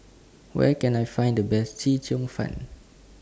Where Can I Find The Best Chee Cheong Fun